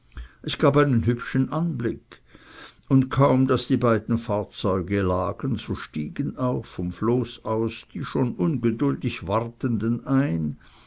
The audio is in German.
es gab einen hübschen anblick und kaum daß die beiden fahrzeuge lagen so stiegen auch vom floß aus die schon ungeduldig wartenden ein